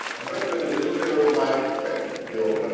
i'm going to bend a little bit of my technical field,